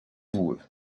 boueux